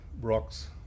rocks